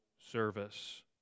service